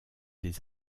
des